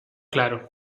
claro